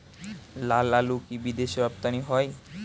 লালআলু কি বিদেশে রপ্তানি হয়?